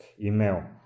email